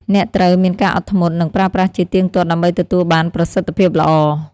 អ្នកត្រូវមានការអត់ធ្មត់ និងប្រើប្រាស់ជាទៀងទាត់ដើម្បីទទួលបានប្រសិទ្ធភាពល្អ។